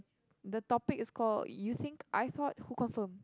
the topic is called you think I thought who confirmed